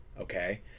Okay